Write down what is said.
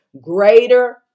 greater